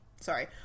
sorry